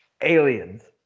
aliens